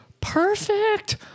perfect